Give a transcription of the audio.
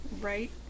right